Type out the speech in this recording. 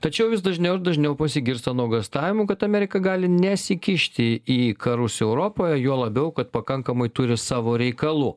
tačiau vis dažniau ir dažniau pasigirsta nuogąstavimų kad amerika gali nesikišti į karus europoj juo labiau kad pakankamai turi savo reikalų